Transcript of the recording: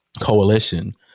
coalition